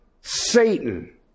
Satan